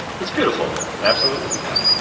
that's beautiful absolutely yeah